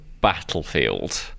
Battlefield